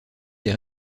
des